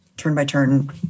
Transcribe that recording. turn-by-turn